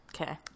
okay